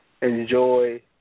Enjoy